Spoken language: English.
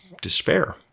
despair